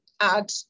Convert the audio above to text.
add